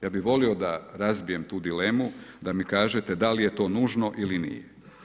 Ja bi volio da rabijem tu dilemu, da mi kažete da li je to nužno ili nije.